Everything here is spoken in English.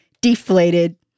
deflated